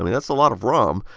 i mean that's a lot of rom.